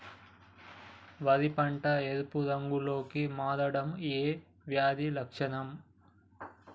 వరి పంట ఎరుపు రంగు లో కి మారడం ఏ వ్యాధి లక్షణం?